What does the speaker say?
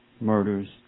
murders